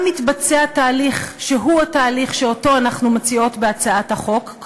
מתבצע שם תהליך שהוא התהליך שאנחנו מציעות בהצעת החוק,